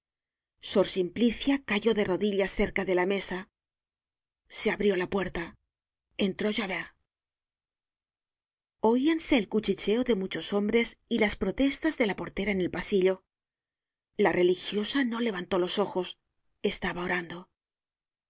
sor simplicia cayó de rodillas cerca de la mesa se abrió la puerta entró javert oíanse el cuchicheo de muchos hombres y las protestas de la portera en el pasillo la religiosa no levantó los ojos estaba orando la